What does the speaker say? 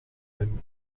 même